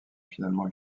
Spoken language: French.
finalement